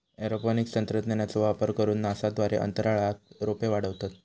aeroponics तंत्रज्ञानाचो वापर करून नासा द्वारे अंतराळात रोपे वाढवतत